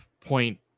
point